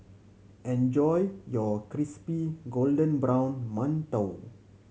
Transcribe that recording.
enjoy your crispy golden brown mantou